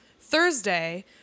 Thursday